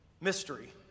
Mystery